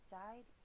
died